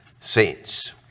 saints